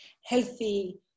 healthy